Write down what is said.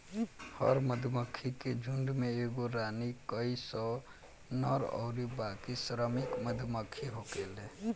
हर मधुमक्खी के झुण्ड में एगो रानी, कई सौ नर अउरी बाकी श्रमिक मधुमक्खी होखेले